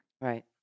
right